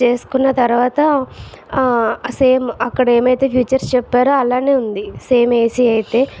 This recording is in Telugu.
చేసుకున్న తర్వాత సేమ్ అక్కడ ఏమైతే ఫీచర్స్ చెప్పారో అలానే ఉంది సేమ్ ఏసీ అయితే